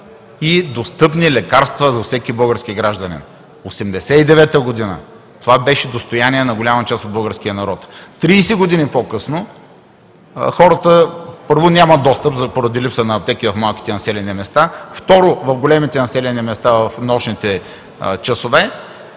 и достъпни лекарства за всеки български гражданин. Осемдесет и девета година това беше достояние на голяма част от българския народ, а 30 години по-късно хората, първо, нямат достъп, поради липса на аптеки в малките населени места, второ, в големите населени места в нощните часове,